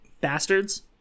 Bastards